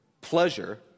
pleasure